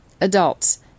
adults